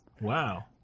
Wow